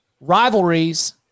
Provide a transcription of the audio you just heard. rivalries